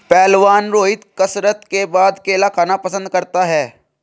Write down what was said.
पहलवान रोहित कसरत के बाद केला खाना पसंद करता है